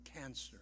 cancer